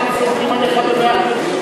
אנחנו סומכים עליך במאה אחוז,